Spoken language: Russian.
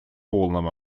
полном